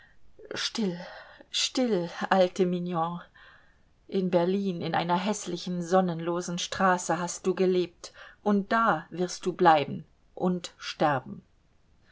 still still alte mignon in berlin in einer häßlichen sonnenlosen straße hast du gelebt und da wirst du bleiben und sterben